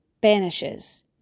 banishes